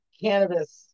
cannabis